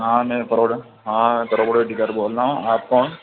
ہاں میں بروڑا ہاں دروبوڑا بول رہا ہوں آپ کون